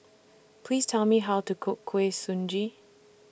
Please Tell Me How to Cook Kuih Suji